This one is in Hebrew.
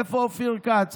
איפה אופיר כץ?